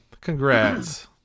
Congrats